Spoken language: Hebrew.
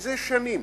זה שנים